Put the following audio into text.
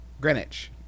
Greenwich